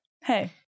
hey